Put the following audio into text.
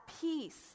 peace